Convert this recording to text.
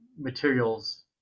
materials